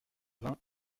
vingts